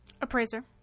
Appraiser